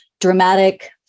dramatic